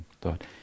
thought